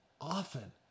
often